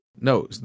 No